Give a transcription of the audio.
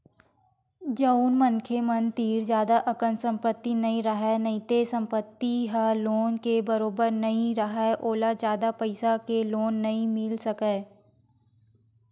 जउन मनखे मन तीर जादा अकन संपत्ति नइ राहय नइते संपत्ति ह लोन के बरोबर नइ राहय ओला जादा पइसा के लोन नइ मिल सकय